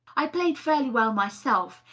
i played fairly well myself,